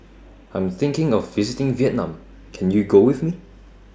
I Am thinking of visiting Vietnam Can YOU Go with Me